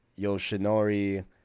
Yoshinori